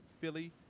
Philly